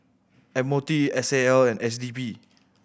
M O T S A L and S D P